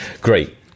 Great